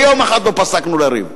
ליום אחד לא פסקנו לריב.